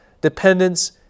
dependence